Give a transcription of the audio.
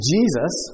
Jesus